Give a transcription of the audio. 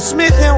Smith &